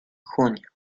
junio